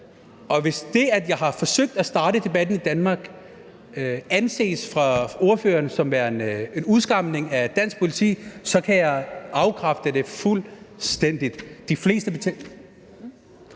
Men hvis det, at jeg har forsøgt at starte debatten i Danmark, anses af ordføreren som værende en udskamning af dansk politi, så kan jeg afkræfte det fuldstændig.